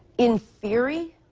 in theory